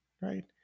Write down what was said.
right